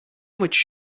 much